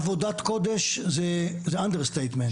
עבודת קודש זה אנדרסטייטמנט,